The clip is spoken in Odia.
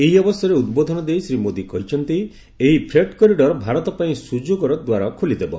ଏହି ଅବସରରେ ଉଦ୍ବୋଧନ ଦେଇ ଶ୍ରୀ ମୋଦି କହିଛନ୍ତି ଏହି ଫ୍ରେଟ୍ କରିଡର୍ ଭାରତ ପାଇଁ ସୁଯୋଗର ଦ୍ୱାର ଖୋଲିଦେବ